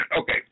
Okay